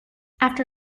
after